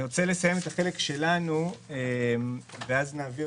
אני רוצה לסיים את החלק שלנו ואז נעביר